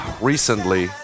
recently